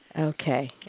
Okay